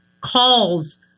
calls